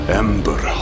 ember